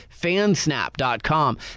fansnap.com